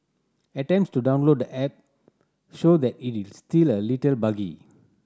attempts to download the app show that it is still a little buggy